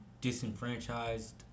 disenfranchised